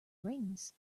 wings